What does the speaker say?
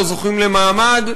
לא זוכים למעמד,